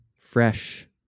fresh